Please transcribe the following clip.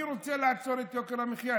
אני רוצה לעצור את יוקר המחיה,